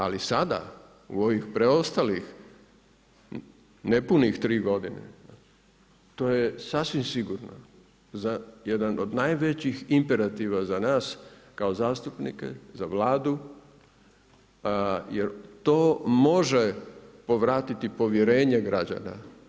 Ali sada u ovih preostalih nepunih 3 godine, to je sasvim sigurno za jedan od najvećih imperativa za nas kao zastupnike, za Vladu, jer to može povratiti povjerenje građana.